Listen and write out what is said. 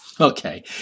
Okay